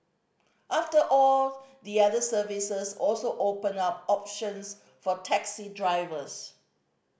after all the other services also open up options for taxi drivers